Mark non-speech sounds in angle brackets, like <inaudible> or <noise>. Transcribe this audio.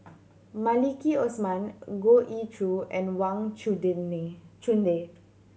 Maliki Osman Goh Ee Choo and Wang <unintelligible> Chunde